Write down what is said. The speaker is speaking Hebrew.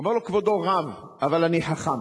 אומר לו: כבודו רב, אבל אני חכם.